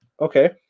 Okay